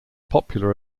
popular